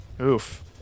Oof